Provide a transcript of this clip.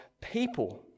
people